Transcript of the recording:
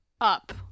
up